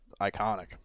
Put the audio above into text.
iconic